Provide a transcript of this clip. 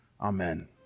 Amen